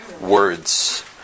words